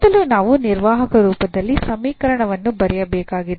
ಮೊದಲು ನಾವು ನಿರ್ವಾಹಕ ರೂಪದಲ್ಲಿ ಸಮೀಕರಣವನ್ನು ಬರೆಯಬೇಕಾಗಿದೆ